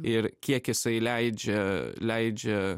ir kiek jisai leidžia leidžia